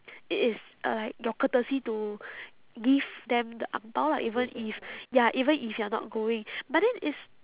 it is uh like your courtesy to give them the ang bao lah even if ya even if you're not going but then it's